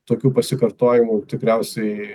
tokių pasikartojimų tikriausiai